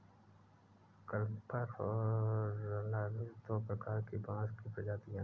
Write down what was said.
clumper और runner दो प्रकार की बाँस की प्रजातियाँ हैं